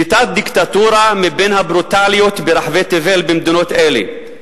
שליטת דיקטטורה מבין הברוטליות ברחבי תבל במדינות אלה,